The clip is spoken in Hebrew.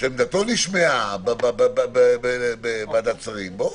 שעמדתו נשמעה בוועדת שרים, ברור.